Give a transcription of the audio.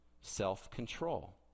self-control